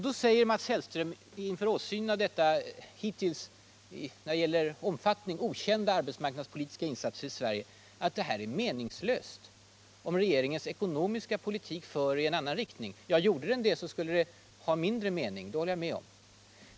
Då säger Mats Hellström inför åsynen av dessa när det gäller omfattningen hittills okända arbetsmarknadspolitiska insatser i Sverige att det är meningslöst, om regeringens ekonomiska politik för i en annan riktning. Ja, gjorde den det, skulle insatserna ha mindre mening; det håller jag med om.